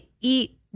eat